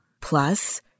Plus